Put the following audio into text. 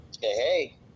Hey